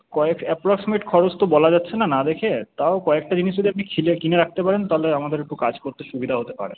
কয়েক আপ্রক্সিমেট খরচ তো বলা যাচ্ছে না না দেখে তাও কয়েকটা জিনিস যদি আপনি কিনে রাখতে পারেন তাহলে আমাদের একটু কাজ করতে সুবিধে হতে পারে